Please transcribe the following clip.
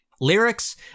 lyrics